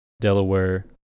Delaware